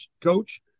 coach